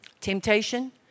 temptation